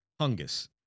Hungus